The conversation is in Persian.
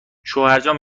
شوهرجان